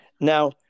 Now